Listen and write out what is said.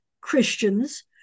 Christians